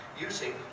using